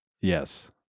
yes